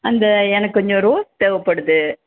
அந்த எனக்குக் கொஞ்சம் ரோஸ் தேவைப்படுது